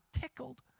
tickled